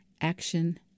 action